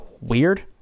weird